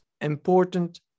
important